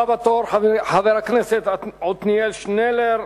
הבא בתור, חבר הכנסת עתניאל שנלר,